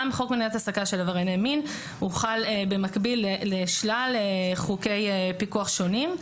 גם חוק מניעת העסקה של עברייני מין חל במקביל לשלל חוקי פיקוח שונים.